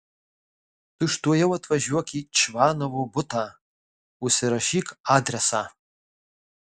tučtuojau atvažiuok į čvanovo butą užsirašyk adresą